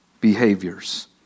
behaviors